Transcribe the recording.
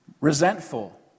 resentful